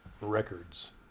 records